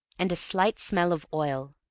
and a slight smell of oil.